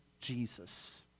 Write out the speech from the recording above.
Jesus